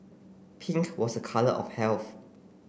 pink was a colour of health